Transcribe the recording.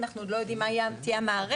אנחנו עוד לא יודעים מה תהיה המערכת.